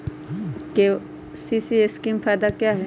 KCC scheme का फायदा क्या है?